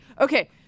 Okay